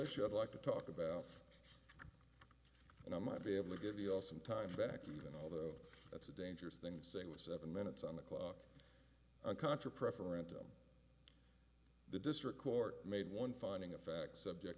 issue i'd like to talk about and i might be able to give you all some time back even although it's a dangerous thing to say with seven minutes on the clock contra preference on the district court made one finding of fact subject